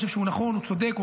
אני חושב שהוא נכון, הוא צודק.